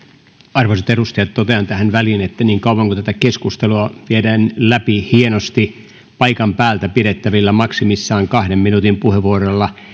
arvoisat edustajat totean tähän väliin että niin kauan kuin tätä keskustelua viedään läpi hienosti paikan päältä pidettävillä maksimissaan kahden minuutin puheenvuoroilla ja kun tähän keskusteluun nyt osallistuu rajallinen määrä edustajia